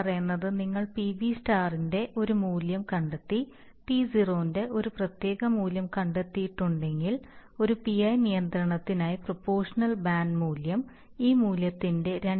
പറയുന്നത് നിങ്ങൾ PB യുടെ ഒരു പ്രത്യേക മൂല്യം കണ്ടെത്തി τ0 ന്റെ ഒരു പ്രത്യേക മൂല്യം കണ്ടെത്തിയിട്ടുണ്ടെങ്കിൽ ഒരു PI നിയന്ത്രണത്തിനായി പ്രൊപോഷണൽ ബാൻഡ് മൂല്യം ഈ മൂല്യത്തിന്റെ 2